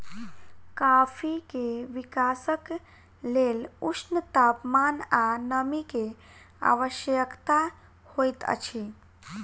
coffee के विकासक लेल ऊष्ण तापमान आ नमी के आवश्यकता होइत अछि